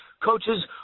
coaches